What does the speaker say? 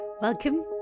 Welcome